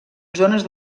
zones